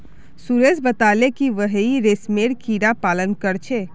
सुरेश बताले कि वहेइं रेशमेर कीड़ा पालन कर छे